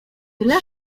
dla